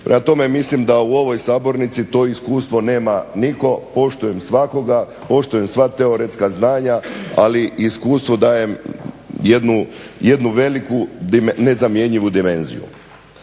tome, mislim da u ovoj sabornici to iskustvo nema nitko. Poštujem svakoga, poštujem sva teoretska znanja, ali iskustvu dajem jednu veliku nezamjenjivu dimenziju.